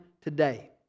today